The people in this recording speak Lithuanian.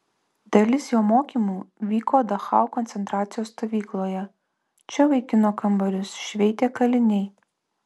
dalis jo mokymų vyko dachau koncentracijos stovykloje čia vaikino kambarius šveitė kaliniai